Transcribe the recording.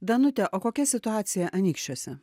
danute o kokia situacija anykščiuose